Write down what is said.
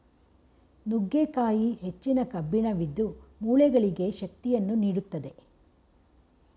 ನುಗ್ಗೆಕಾಯಿ ಹೆಚ್ಚಿನ ಕಬ್ಬಿಣವಿದ್ದು, ಮೂಳೆಗಳಿಗೆ ಶಕ್ತಿಯನ್ನು ನೀಡುತ್ತದೆ